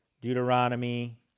Deuteronomy